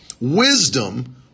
Wisdom